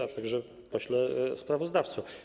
A także Pośle Sprawozdawco!